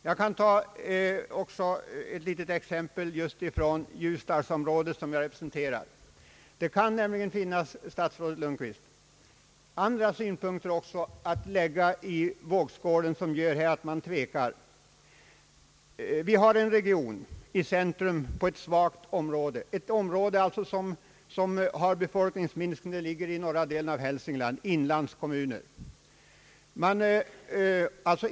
Jag kan ta ett litet exempel just från Ljusdalsområdet, som jag represente rar. Det kan nämligen, statsrådet Lundkvist, även finnas andra synpunkter att lägga i vågskålen, vilka gör att man tvekar. Vi har en region i ett svagt område, ett inlandsområde i norra delen av Hälsingland. Det rör sig om några kommuner med befolkningsminskning.